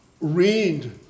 read